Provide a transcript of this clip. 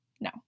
No